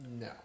no